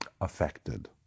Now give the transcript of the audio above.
affected